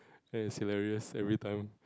ya it's hilarious everytime